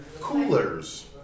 coolers